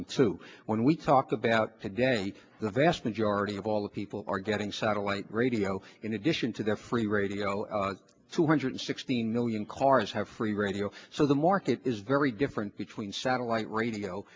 into when we talked about today the vast majority of all the people are getting satellite radio in addition to their free radio two hundred sixteen million cars have free radio so the market is very different between satellite radio